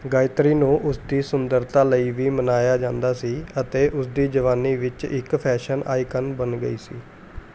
ਗਾਇਤਰੀ ਨੂੰ ਉਸਦੀ ਸੁੰਦਰਤਾ ਲਈ ਵੀ ਮਨਾਇਆ ਜਾਂਦਾ ਸੀ ਅਤੇ ਉਸਦੀ ਜਵਾਨੀ ਵਿੱਚ ਇੱਕ ਫੈਸ਼ਨ ਆਈਕਨ ਬਣ ਗਈ ਸੀ